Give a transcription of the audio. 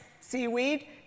seaweed